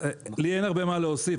לי אין הרבה מה להוסיף,